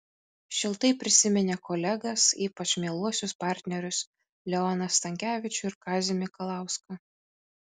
šiltai prisiminė kolegas ypač mieluosius partnerius leoną stankevičių ir kazį mikalauską